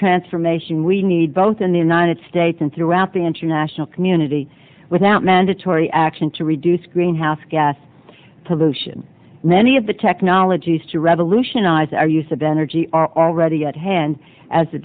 transformation we need both in the united states and throughout the international community without mandatory action to reduce greenhouse gas pollution many of the technologies to revolutionize our use of energy are already at hand as